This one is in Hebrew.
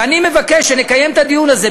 ואני מבקש שנקיים את הדיון הזה,